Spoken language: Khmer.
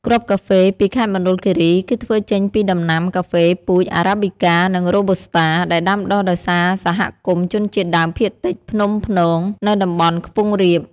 គ្រាប់កាហ្វេពីខេត្តមណ្ឌលគិរី គឺធ្វើចេញពីដំណាំកាហ្វេពូជ អារ៉ាប៊ីកា និង រ៉ូប៊ូស្តា ដែលដាំដុះដោយសហគមន៍ជនជាតិដើមភាគតិចភ្នំ ព្នង នៅតំបន់ខ្ពង់រាប។